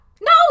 No